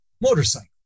motorcycle